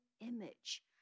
image